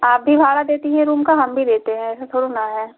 आप भी भाड़ा देती हैं रूम का हम भी देते हैं ऐसे थोड़े न है